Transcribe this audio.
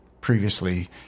previously